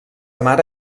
mare